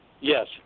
Yes